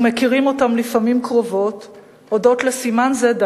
ומכירים אותם לפעמים קרובות הודות לסימן זה,